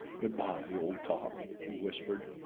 good-bye, old top! he whispered.